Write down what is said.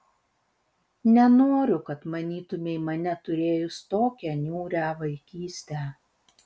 nenoriu kad manytumei mane turėjus tokią niūrią vaikystę